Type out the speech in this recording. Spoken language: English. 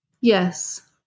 Yes